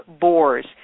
boars